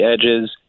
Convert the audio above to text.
edges